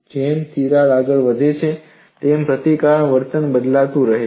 જેમ જેમ તિરાડ આગળ વધે છે તેમ પ્રતિકારક વર્તન બદલાતું રહે છે